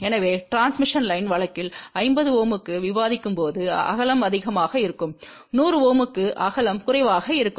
எனவே transmission line வழக்கில் 50 Ω க்கு விவாதிக்கும்போது அகலம் அதிகமாக இருக்கும் 100 Ω க்கு அகலம் குறைவாக இருக்கும்